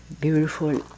Beautiful